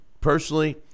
personally